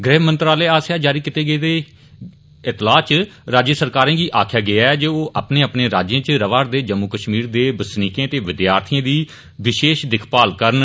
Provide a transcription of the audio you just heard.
गृह मंत्रालय आसेआ जारी कीती गेदी इत्तलाह च राज्य सरकारे गी आखेआ गेआ ऐ जे ओह अपने राज्ये च रवा रदे जम्मू कश्मीर दे बसनीकें ते विद्यार्थिए दी विशेष दिक्खमाल करन